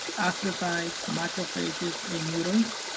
astrocytes, macrophages in neurons.